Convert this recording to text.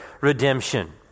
redemption